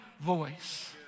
voice